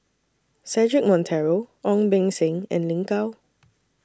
Cedric Monteiro Ong Beng Seng and Lin Gao